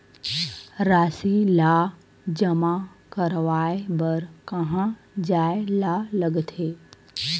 राशि ला जमा करवाय बर कहां जाए ला लगथे